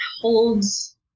holds